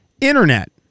Internet